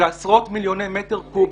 אלה עשרות מיליוני מטר קוב.